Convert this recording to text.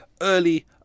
early